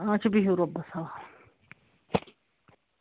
اَچھا بِہِو رۄبَس حَوال